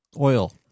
oil